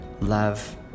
love